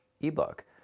ebook